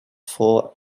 four